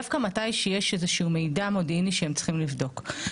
מתי שיש איזה מידע מודיעיני שהם צריכים לבדוק,